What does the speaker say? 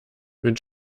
mit